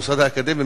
המוסד האקדמי,